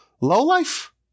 lowlife